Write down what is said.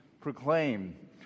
proclaim